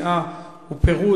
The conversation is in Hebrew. שנאה ופירוד.